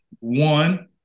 one